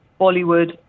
Bollywood